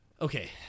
okay